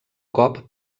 cop